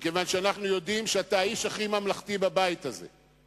מכיוון שאנחנו יודעים שאתה האיש הכי ממלכתי בבית הזה,